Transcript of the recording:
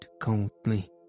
coldly